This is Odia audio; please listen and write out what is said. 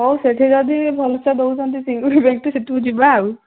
ହଉ ସେଠି ଯଦି ଭଲ ସେ ଦେଉଛନ୍ତି ଚିଙ୍ଗୁଡ଼ି ସେଠିକୁ ଯିବା ଆଉ